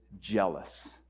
jealous